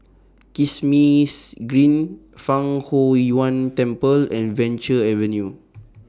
Kismis Green Fang Huo Yuan Temple and Venture Avenue